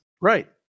Right